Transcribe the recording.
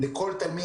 כמו לכולנו,